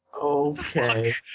Okay